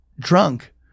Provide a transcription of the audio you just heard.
Drunk